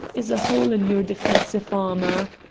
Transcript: is a hole in your defensive armour.